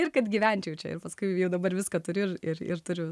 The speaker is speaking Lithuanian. ir kad gyvenčiau čia ir paskui jau dabar viską turiu ir ir turiu